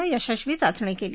नं यशस्वी चाचणी केली